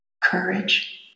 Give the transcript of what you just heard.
courage